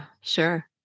sure